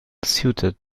suited